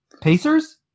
Pacers